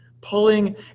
pulling